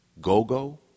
go-go